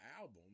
album